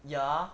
ya